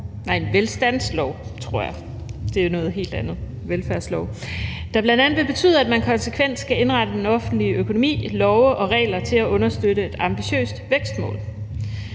lavet en velstandslov, tror jeg der står, der bl.a. vil betyde, at man konsekvent skal indrette den offentlige økonomi, love og regler til at understøtte et ambitiøst vækstmål.